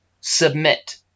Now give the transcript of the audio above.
submit